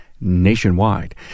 nationwide